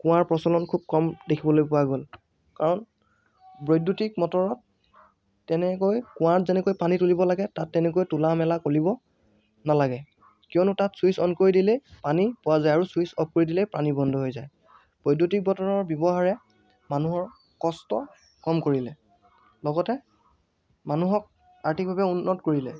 কুঁৱাৰ প্ৰচলন খুব কম দেখিবলৈ পোৱা গ'ল কাৰণ বৈদ্যুতিক মটৰত তেনেকৈ কুঁৱাত যেনেকৈ পানী তুলিব লাগে তাত তেনেকৈ তোলা মেলা কৰিব নালাগে কিয়নো তাত ছুইছ অন কৰি দিলেই পানী পোৱা যায় আৰু ছুইছ অফ কৰি দিলেই পানী বন্ধ হৈ যায় বৈদ্যুতিক মটৰৰ ব্যৱহাৰে মানুহৰ কষ্ট ক'ম কৰিলে লগতে মানুহক আৰ্থিকভাৱে উন্নত কৰিলে